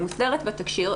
היא מוזכרת בתקשי"ר,